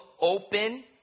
open